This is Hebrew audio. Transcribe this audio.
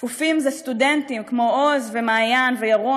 שקופים זה סטודנטים כמו עוז ומעין וירון,